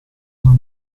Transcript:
non